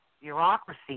bureaucracy